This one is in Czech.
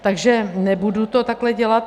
Takže nebudu to takhle dělat.